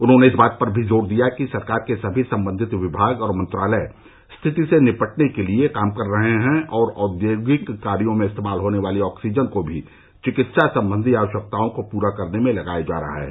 उन्होंने इस बात पर भी जोर दिया कि सरकार के समी संबंधित विभाग और मंत्रालय स्थिति से निपटने के लिए काम कर रहे हैं और औद्योगिक कार्यो में इस्तेमाल होने वाली ऑक्सीजन को भी चिकित्सा संबंधी आवश्यकताओं को पूरा करने में लगाया जा रहा है